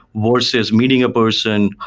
versus meeting a person,